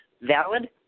valid